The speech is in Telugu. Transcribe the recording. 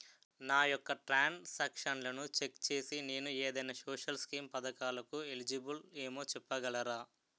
నా యెక్క ట్రాన్స్ ఆక్షన్లను చెక్ చేసి నేను ఏదైనా సోషల్ స్కీం పథకాలు కు ఎలిజిబుల్ ఏమో చెప్పగలరా?